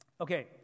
Okay